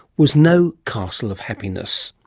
was no castle of happiness.